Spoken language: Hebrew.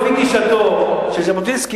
לפי גישתו של ז'בוטינסקי,